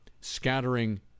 scattering